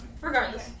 Regardless